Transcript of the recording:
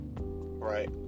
right